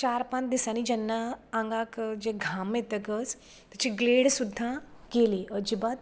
चार पांच दिसांनी जेन्ना आगांक जे घाम येतकच ताची ग्लेड सुद्दां गेली अजिबात